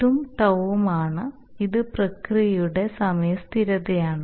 ഇതും tau ആണ് ഇത് പ്രക്രിയയുടെ സമയ സ്ഥിരതയാണ്